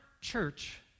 church